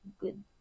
good